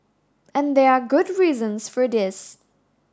and there are good reasons for this